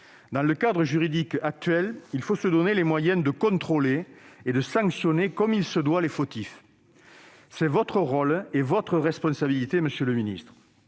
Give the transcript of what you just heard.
Dans le cadre juridique actuel, il faut se donner les moyens de contrôler et de sanctionner comme il se doit les fautifs. Monsieur le ministre, c'est votre rôle et votre responsabilité. De la même